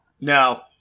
No